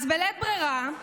אז בלית ברירה,